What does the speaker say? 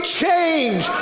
change